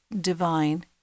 divine